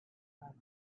float